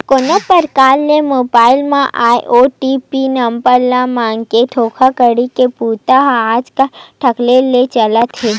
कोनो परकार ले मोबईल म आए ओ.टी.पी नंबर ल मांगके धोखाघड़ी के बूता ह आजकल धकल्ले ले चलत हे